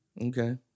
Okay